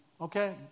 okay